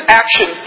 action